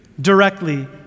directly